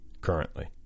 Currently